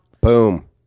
Boom